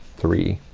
three,